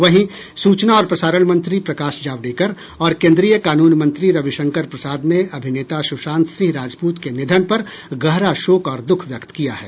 वहीं सूचना और प्रसारण मंत्री प्रकाश जावडेकर और केंद्रीय कानून मंत्री रविशंकर प्रसाद ने अभिनेता सुशांत सिंह राजपूत के निधन पर गहरा शोक और दुख व्यक्त किया है